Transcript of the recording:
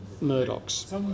Murdoch's